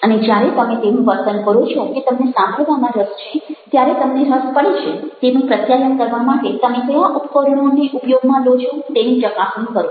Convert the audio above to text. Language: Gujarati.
અને જ્યારે તમે તેવું વર્તન કરો છો કે તમને સાંભળવામાં રસ છે ત્યારે તમને રસ પડે છે તેવું પ્રત્યાયન કરવા માટે તમે કયા ઉપકરણોને ઉપયોગમાં લો છો તેની ચકાસણી કરો